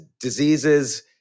diseases